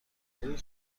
حقوق